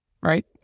Right